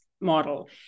model